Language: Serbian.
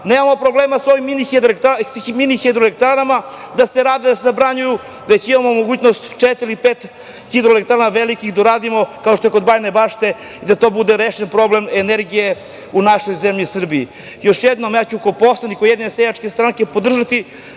nemamo problema sa ovim mini hidroelektranama, da se rade, da se zabranjuju, već da imamo mogućnost četiri ili pet hidroelektrana velikih da uradimo, kao što je kod Bajine Bašte i da to bude rešen problem energije u našoj zemlji Srbiji. Još jednom, ja ću kao poslanik Ujedinjene seljačke stranke podržati